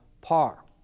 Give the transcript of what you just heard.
par